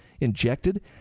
injected